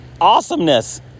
awesomeness